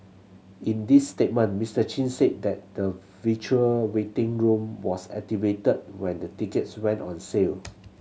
in his statement Mister Chin said that the virtual waiting room was activated when the tickets went on sale